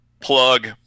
Plug